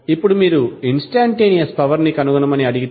ఇప్పుడు మీరు instantaneous power ని కనుగొనమని అడిగితే